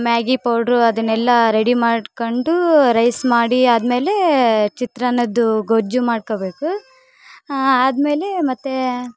Maggi powder ಅದನೆಲ್ಲಾ ready ಮಾಡ್ಕೊಂಡು rice ಮಾಡಿ ಆದ್ಮೇಲೇ ಚಿತ್ರಾನ್ನದ್ದು ಗೊಜ್ಜು ಮಾಡ್ಕೋಬೇಕು ಆದ್ಮೇಲೆ ಮತ್ತು